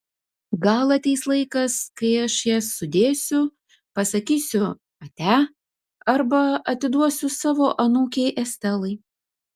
gal ateis laikas kai aš jas sudėsiu pasakysiu ate arba atiduosiu savo anūkei estelai